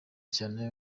cyane